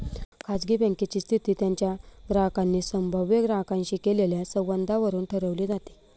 खाजगी बँकेची स्थिती त्यांच्या ग्राहकांनी संभाव्य ग्राहकांशी केलेल्या संवादावरून ठरवली जाते